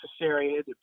necessary